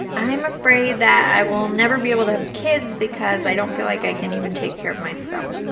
i'm afraid that i will never be able to have kids because i don't feel like i can even take care of myself.